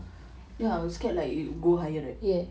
ya I will scare like it go higher right